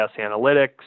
Analytics